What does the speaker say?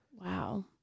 Wow